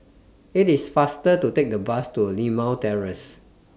IT IS faster to Take The Bus to Limau Terrace